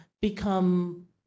become